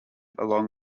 along